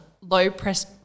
low-press